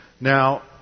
Now